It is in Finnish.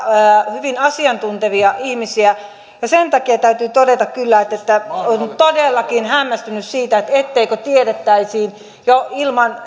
hyvin asiantuntevia ihmisiä ja sen takia täytyy todeta kyllä että olen todellakin hämmästynyt siitä etteikö tiedettäisi jo ilman